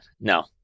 No